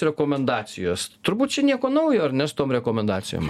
rekomendacijos turbūt čia nieko naujo ar ne su tom rekomendacijom